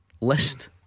List